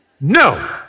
No